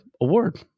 award